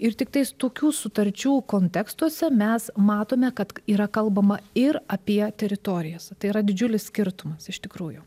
ir tiktais tokių sutarčių kontekstuose mes matome kad yra kalbama ir apie teritorijas tai yra didžiulis skirtumas iš tikrųjų